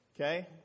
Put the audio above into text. Okay